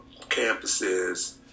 campuses